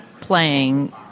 playing